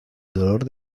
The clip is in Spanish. dolor